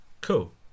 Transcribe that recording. cool